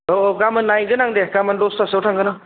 औ औ गाबोन नायहैगोन आं दे गाबोन दसतासोआव थांगोन आं